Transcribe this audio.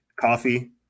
coffee